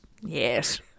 Yes